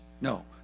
no